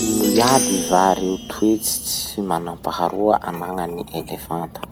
Ino iaby va reo toetsy tsy manam-paharoa anagnan'ny elefanta?